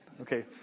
okay